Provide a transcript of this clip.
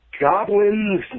Goblins